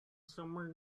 somewhere